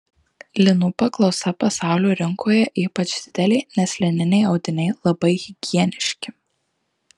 linų paklausa pasaulio rinkoje ypač didelė nes lininiai audiniai labai higieniški